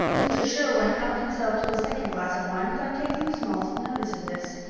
mr. sherwin helped himself to a second glass of wine, without taking the smallest notice of this.